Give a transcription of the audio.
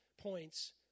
points